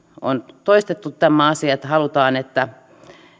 on toistettu tämä asia että halutaan että